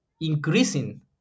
Increasing